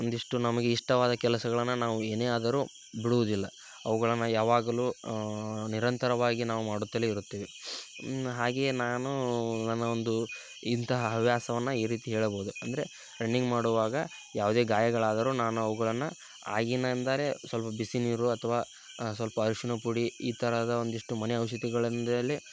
ಒಂದಿಷ್ಟು ನಮಗೆ ಇಷ್ಟವಾದ ಕೆಲಸಗಳನ್ನು ನಾವು ಏನೇ ಆದರೂ ಬಿಡುವುದಿಲ್ಲ ಅವುಗಳನ್ನು ಯಾವಾಗಲೂ ನಿರಂತರವಾಗಿ ನಾವು ಮಾಡುತ್ತಲೇ ಇರುತ್ತೇವೆ ಹಾಗೆಯೇ ನಾನು ನನ್ನ ಒಂದು ಇಂತಹ ಹವ್ಯಾಸವನ್ನು ಈ ರೀತಿ ಹೇಳಬಹುದು ಅಂದರೆ ರನ್ನಿಂಗ್ ಮಾಡುವಾಗ ಯಾವುದೇ ಗಾಯಗಳಾದರು ನಾನು ಅವುಗಳನ್ನು ಆಗಿನಿಂದಲೇ ಸ್ವಲ್ಪ ಬಿಸಿನೀರು ಅಥವ ಸ್ವಲ್ಪ ಅರಿಶಿಣ ಪುಡಿ ಈ ಥರದ ಒಂದಿಷ್ಟು ಮನೆ ಔಷಧಿಗಳಿಂದಲೆ